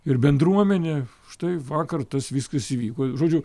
ir bendruomenė štai vakar tas viskas įvyko žodžiu